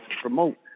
promote